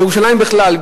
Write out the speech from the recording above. בירושלים בכלל,